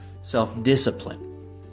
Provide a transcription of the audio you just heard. self-discipline